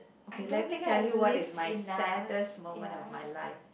okay let me tell you what is my saddest moment of my life